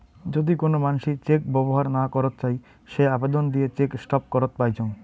যদি কোন মানসি চেক ব্যবহর না করত চাই সে আবেদন দিয়ে চেক স্টপ করত পাইচুঙ